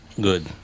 Good